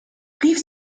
rief